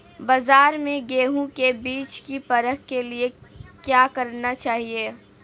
बाज़ार में गेहूँ के बीज की परख के लिए क्या करना चाहिए?